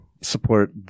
support